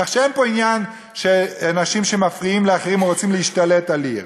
כך שאין פה עניין של אנשים שמפריעים לאחרים או רוצים להשתלט על עיר.